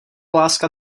láska